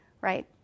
right